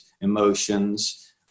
emotions